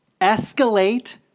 escalate